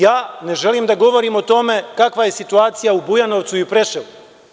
Ja ne želim da govorim o tome kakva je situacija u Bujanovcu i Preševu.